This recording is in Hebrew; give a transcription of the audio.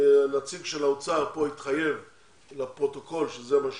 הנציג של האוצר פה התחייב לפרוטוקול שזה מה שיהיה.